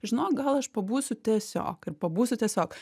žinok gal aš pabūsiu tiesiog ir pabūsiu tiesiog